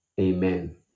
amen